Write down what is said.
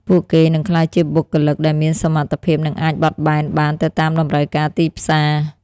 ពួកគេនឹងក្លាយជាបុគ្គលិកដែលមានសមត្ថភាពនិងអាចបត់បែនបានទៅតាមតម្រូវការទីផ្សារ។